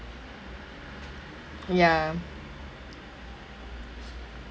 ya